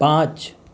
پانچ